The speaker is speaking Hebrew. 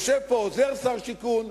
יושב פה עוזר שר שיכון,